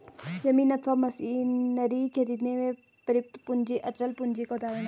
जमीन अथवा मशीनरी खरीदने में प्रयुक्त पूंजी अचल पूंजी का उदाहरण है